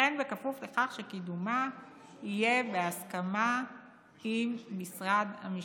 וכן כפוף לכך שקידומה יהיה בהסכמה עם משרד המשפטים.